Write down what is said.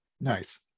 nice